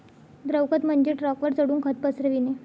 द्रव खत म्हणजे ट्रकवर चढून खत पसरविणे